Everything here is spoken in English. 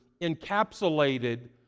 encapsulated